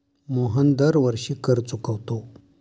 मोहन दरवर्षी कर चुकवतो